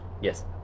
yes